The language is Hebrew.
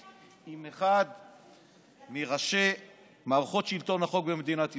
עם ראשי מערכות שלטון החוק במדינת ישראל.